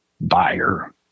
buyer